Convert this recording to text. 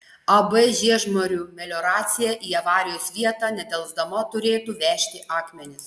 ab žiežmarių melioracija į avarijos vietą nedelsdama turėtų vežti akmenis